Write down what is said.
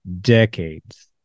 decades